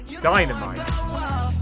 Dynamite